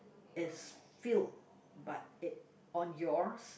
is filled but it on yours